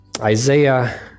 Isaiah